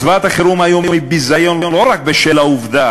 הצבעת החירום היום היא ביזיון לא רק בשל העובדה